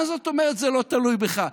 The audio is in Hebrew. מה זאת אומרת זה לא תלוי בך?